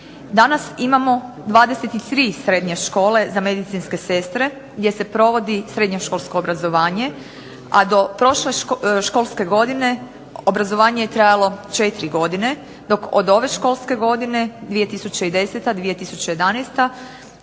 Danas imamo 23 srednje škole za medicinske sestre, gdje se provodi srednjoškolsko obrazovanje, a do prošle školske godine obrazovanje je trajalo 4 godine, dok od ove školske godine 2010.-2011.